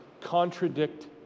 contradict